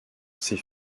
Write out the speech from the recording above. ses